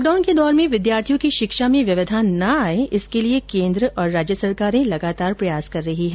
lockdown के दौर में विद्यार्थियों की शिक्षा में व्यवधान न आएं इसके लिए केन्द्र और राज्य सरकारें लगातार प्रयास कर रही हैं